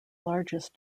largest